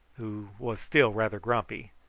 who was still rather grumpy,